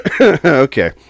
Okay